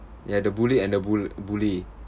ya the bullied and the bull~ bully